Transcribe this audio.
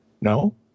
No